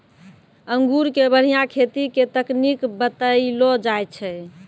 अंगूर के बढ़िया खेती के तकनीक बतइलो जाय छै